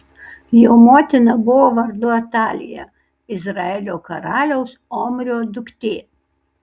jo motina buvo vardu atalija izraelio karaliaus omrio duktė